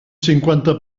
cinquanta